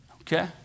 Okay